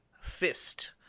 Fist